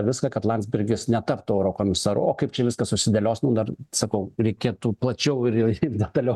viską kad landsbergis netaptų eurokomisaru o kaip čia viskas susidėlios nu dar sakau reikėtų plačiau ir detaliau